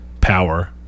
power